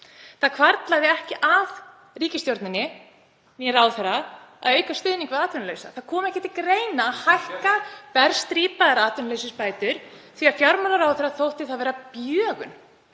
Það hvarflaði ekki að ríkisstjórninni né ráðherra að auka stuðning við atvinnulausa. Það kom ekki til greina að hækka berstrípaðar atvinnuleysisbætur því að fjármálaráðherra þótti það vera bjögun,